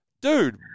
Dude